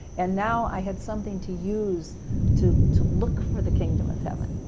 and now i had something to use to to look for the kingdom of heaven.